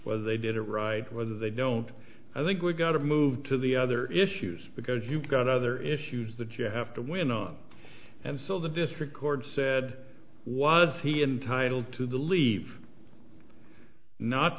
whether they did it right or they don't i think we've got to move to the other issues because you've got other issues that you have to win on and so the district court said was he entitle to believe not